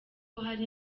hari